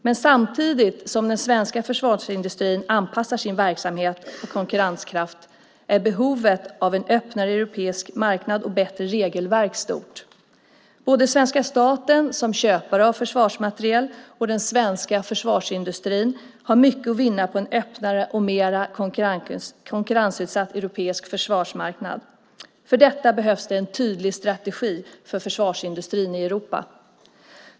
Men samtidigt som den svenska försvarsindustrin anpassar sin verksamhet och konkurrenskraft är behovet av en öppnare europeisk marknad och bättre regelverk stort. Både svenska staten som köpare av försvarsmateriel och den svenska försvarsindustrin har mycket att vinna på en öppnare och mer konkurrensutsatt europeisk försvarsmarknad. För detta behövs det en tydlig strategi för försvarsindustrin i Europa.